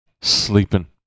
sleeping